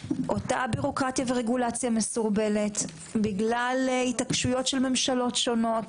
אותה ביורוקרטיה ורגולציה מסורבלת בגלל התעקשויות של ממשלות שונות,